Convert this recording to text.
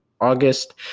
August